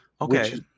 okay